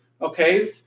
Okay